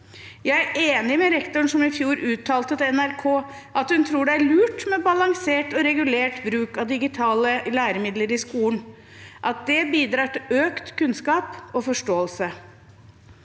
Jeg er enig med rektoren som i fjor uttalte til NRK at det er lurt med balansert og regulert bruk av digitale læremidler i skolen, at det bidrar til økt kunnskap og forståelse.